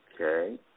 Okay